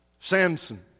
Samson